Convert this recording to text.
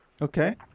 Okay